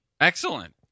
Excellent